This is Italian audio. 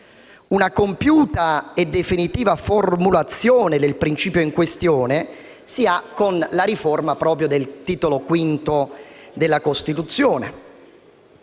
Una compiuta e definitiva formulazione del principio in questione si ha con la riforma proprio del Titolo V della Parte seconda